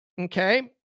okay